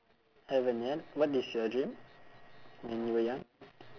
haven't yet what is your dream when you were young